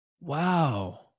Wow